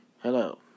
Hello